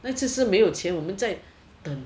那次是没有钱我们在等